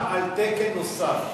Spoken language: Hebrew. גם על תקן נוסף.